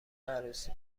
عروسی